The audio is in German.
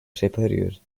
präpariert